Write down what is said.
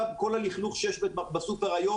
כל הלכלוך שיש בסופר היום,